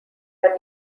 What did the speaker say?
are